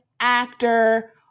actor